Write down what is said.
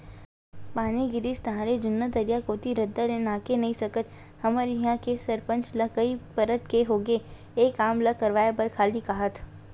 पानी गिरिस ताहले जुन्ना तरिया कोती रद्दा ले नाहके नइ सकस हमर इहां के सरपंच ल कई परत के होगे ए काम ल करवाय बर खाली काहत